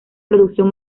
producción